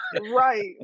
Right